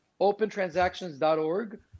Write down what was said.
OpenTransactions.org